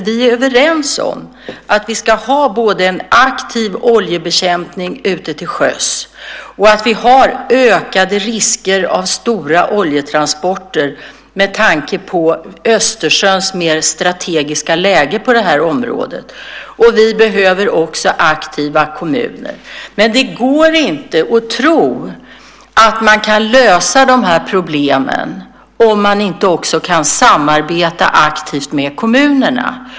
Vi är överens om att vi ska ha en aktiv oljebekämpning ute till sjöss och att vi har ökade risker i form av stora oljetransporter med tanke på Östersjöns strategiska läge på just det området. Dessutom behöver vi aktiva kommuner. Man ska inte tro att de här problemen kan lösas om man inte kan samarbeta aktivt med kommunerna.